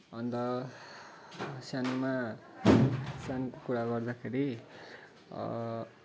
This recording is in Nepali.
अन्त सानोमा सानोको कुरा गर्दाखेरि